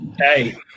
Hey